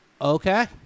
Okay